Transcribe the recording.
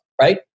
right